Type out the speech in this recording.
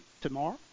tomorrow